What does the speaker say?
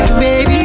baby